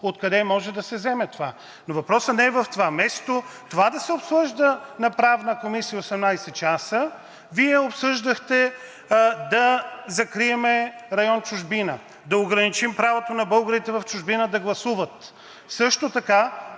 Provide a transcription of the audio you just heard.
откъде може да се вземе това. Но въпросът не е в това. Вместо това да се обсъжда на Правната комисия 18 часа, Вие обсъждахте да закрием район „Чужбина“, да ограничим правото на българите в чужбина да гласуват. Също така